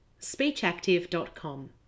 SpeechActive.com